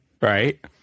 right